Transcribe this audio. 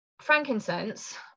frankincense